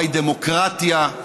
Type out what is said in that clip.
מהי דמוקרטיה.